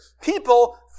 People